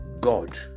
god